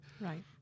Right